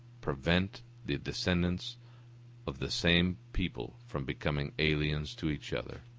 prevent the descendants of the same people from becoming aliens to each other.